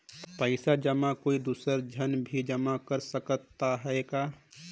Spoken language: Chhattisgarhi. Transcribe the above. पइसा जमा कोई दुसर झन भी कर सकत त ह का?